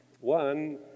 One